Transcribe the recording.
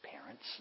parents